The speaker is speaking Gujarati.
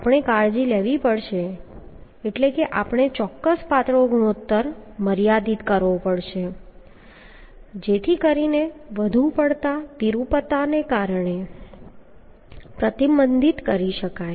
આપણે કાળજી લેવી પડશે એટલે કે આપણે ચોક્કસ પાતળો ગુણોત્તર મર્યાદિત કરવો પડશે જેથી કરીને વધુ પડતા વિરૂપતાને પ્રતિબંધિત કરી શકાય